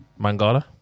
Mangala